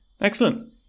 excellent